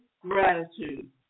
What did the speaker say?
gratitude